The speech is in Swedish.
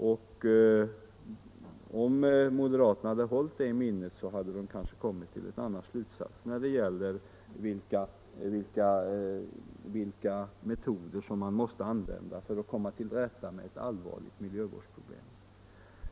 Och om moderaterna hållit detta i minnet hade de kanske kommit till en annan slutsats när det gäller vilka metoder som man måste använda för att komma till rätta med ett allvarligt miljövårdsproblem.